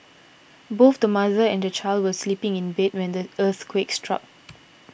both the mother and the child were sleeping in bed when the earthquake struck